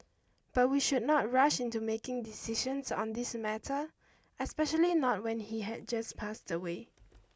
but we should not rush into making decisions on this matter especially not when he had just passed away